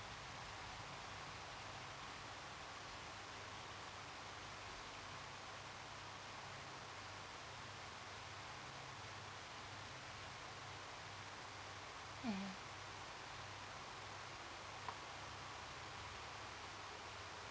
mm